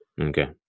Okay